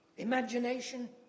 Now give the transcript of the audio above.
imagination